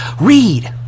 Read